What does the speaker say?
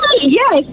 Yes